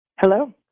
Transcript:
Hello